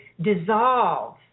dissolve